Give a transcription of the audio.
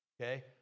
okay